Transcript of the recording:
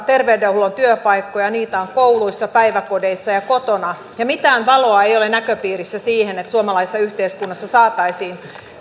terveydenhuollon työpaikkoja niitä on kouluissa päiväkodeissa ja kotona ja mitään valoa ei ole näköpiirissä siihen että suomalaisessa yhteiskunnassa saataisiin